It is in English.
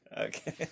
Okay